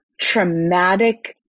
traumatic